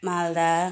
Malda